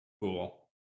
cool